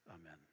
Amen